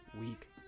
week